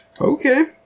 Okay